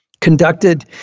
conducted